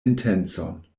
intencon